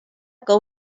cou